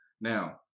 Now